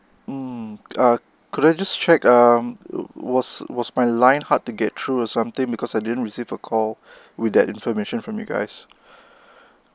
um uh can I just check um was was my line hard to get through or something because I didn't receive a call with that information from you guys